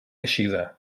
eixida